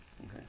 Okay